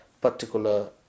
particular